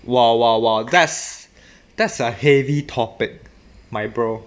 !wow! !wow! !wow! that's that's a heavy topic my bro